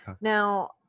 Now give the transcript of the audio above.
now